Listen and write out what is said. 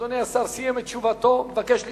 אדוני השר סיים את תשובתו ומבקש להסתפק.